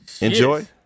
enjoy